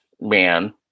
man